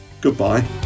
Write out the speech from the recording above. goodbye